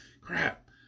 Crap